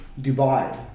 Dubai